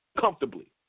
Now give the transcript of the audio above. comfortably